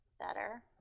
Better